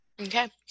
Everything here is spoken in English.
Okay